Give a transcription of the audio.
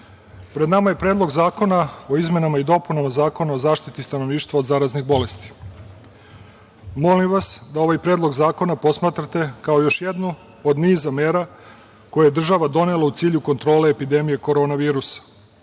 pred nama je Predlog zakona o izmenama i dopunama Zakona o zaštiti stanovništva od zaraznih bolesti. Molim vas da ovaj predlog zakona posmatrate kao još jednu od niza mera koje je država donela u cilju kontrole epidemije korona virusa. Ovim